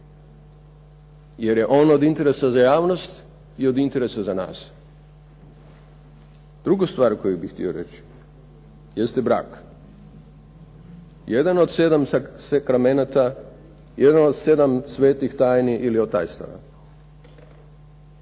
Jer je on od interesa za javnost i od interesa za nas. Druga stvar koju bih htjeo reći je brak. Jedan od sedam sakramenata, jedan od sedam svetih tajni ili otajstava,